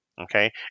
okay